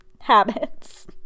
habits